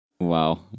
Wow